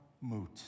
moot